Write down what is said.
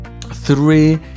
three